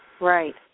Right